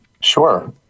Sure